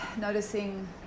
Noticing